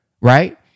right